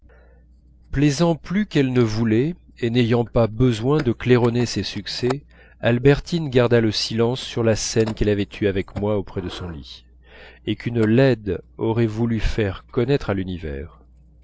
plaisant plus qu'elle ne voulait et n'ayant pas besoin de claironner ses succès albertine garda le silence sur la scène qu'elle avait eue avec moi auprès de son lit et qu'une laide aurait voulu faire connaître à l'univers